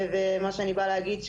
מה שאני באה להגיד,